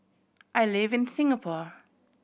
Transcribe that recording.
I live in Singapore